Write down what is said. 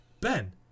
Ben